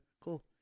cool